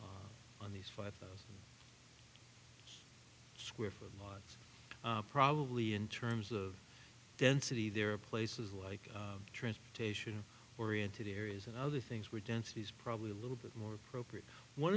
built on these five thousand square foot probably in terms of density there are places like transportation oriented areas and other things where density is probably a little bit more appropriate one